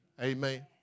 Amen